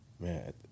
Man